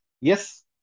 yes